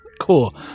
Cool